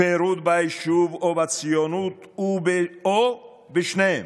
פירוד ביישוב או בציונות או בשניהם.